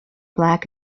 black